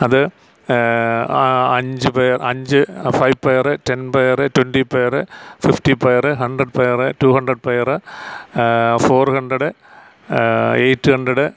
അത് ആ അഞ്ച് പെയർ അഞ്ച് five pair ten pair twenty pair fifty pair hundred pair two hundred pair four hundred eight hundred